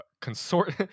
consort